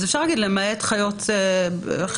אז אפשר להגיד "למעט חיות בית".